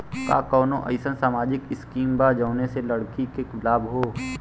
का कौनौ अईसन सामाजिक स्किम बा जौने से लड़की के लाभ हो?